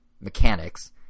Mechanics